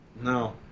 No